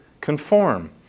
conform